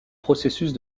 processus